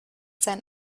sein